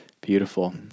Beautiful